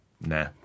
Nah